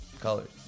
Colors